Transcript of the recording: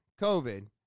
COVID